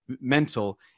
mental